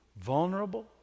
vulnerable